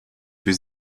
für